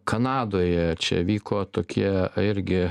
kanadoje čia vyko tokie irgi